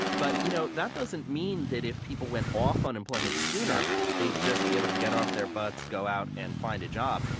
but you know that doesn't mean that if people went off unemployment sooner they'd just be able to get off their butts, go out, and find a job.